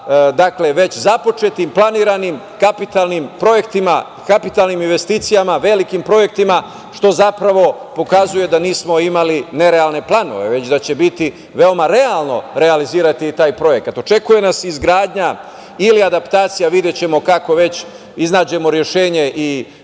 već započetim, planiranim, kapitalnim projektima, kapitalnim investicijama, velikim projektima, što zapravo pokazuje da nismo imali nerealne planove, već da će biti veoma realno realizirati taj projekat. Očekuje nas izgradnja ili adaptacija, videćemo, kako već iznađemo rešenje, i